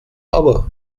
aber